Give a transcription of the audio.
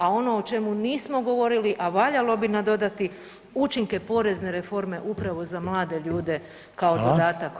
A ono o čemu nismo govorili, a valjalo bi nadodati, učinke porezne reforme upravo za mlade ljude kao dodatak ovoj mjeri.